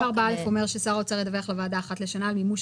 סעיף 4(א) אומר ששר האוצר ידווח לוועדה אחת לשנה על מימוש